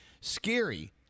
Scary